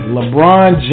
LeBron